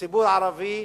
כציבור ערבי,